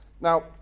Now